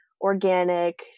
organic